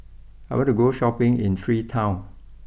I want to go Shopping in Freetown